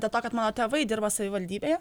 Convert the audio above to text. dėl to kad mano tėvai dirba savivaldybėje